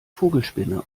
vogelspinne